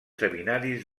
seminaris